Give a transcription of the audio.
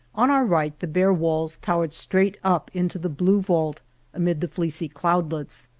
on our right the bare walls towered straight up into the blue vault amid the fleecy cloudlets.